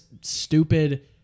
stupid